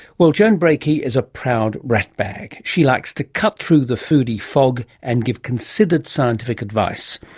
well, joan breakey is a proud ratbag. she likes to cut through the foodie fog and give considered scientific advice.